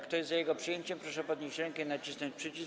Kto jest za jego przyjęciem, proszę podnieść rękę i nacisnąć przycisk.